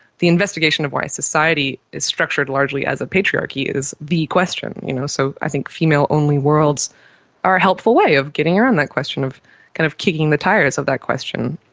the investigation of why society is structured largely as a patriarchy is the question. you know so i think female-only worlds are a helpful way of getting around that question, of kind of kicking the tyres tyres of that question,